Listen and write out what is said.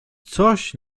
coś